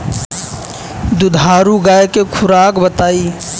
दुधारू गाय के खुराक बताई?